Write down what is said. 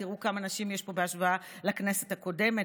תראו כמה נשים יש פה בהשוואה לכנסת הקודמת,